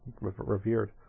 revered